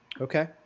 Okay